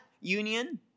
union